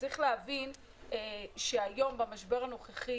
צריך להבין שהיום במשבר הנוכחי